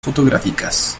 fotográficas